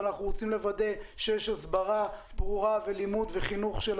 אנחנו רוצים לוודא שיש הסברה ולימוד וחינוך של